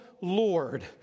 Lord